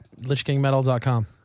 Lichkingmetal.com